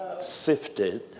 Sifted